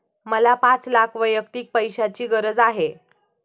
मला पाच लाख वैयक्तिक पैशाची गरज आहे